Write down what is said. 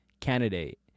candidate